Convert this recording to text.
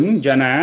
jana